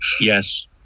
Yes